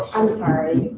i'm sorry,